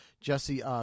Jesse